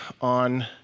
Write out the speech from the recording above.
on